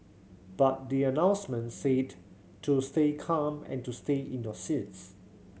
but the announcement said to stay calm and to stay in your seats